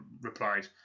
replied